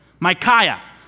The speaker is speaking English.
Micaiah